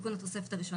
תיקון התוספת1.